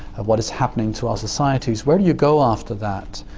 what is happening to our societies? where do you go after that?